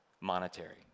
monetary